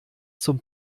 zum